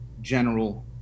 general